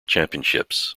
championships